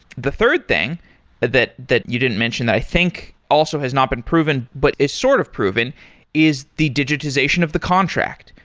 the third thing that that you didn't mention that i think also has not been proven, but is sort of proven is the digitization of the contract.